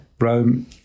Rome